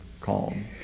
calm